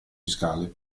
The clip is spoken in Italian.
fiscale